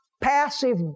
passive